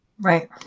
Right